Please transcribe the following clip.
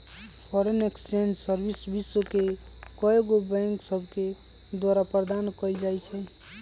foreign exchange service विश्व के कएगो बैंक सभके द्वारा प्रदान कएल जाइ छइ